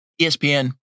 ESPN